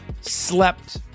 slept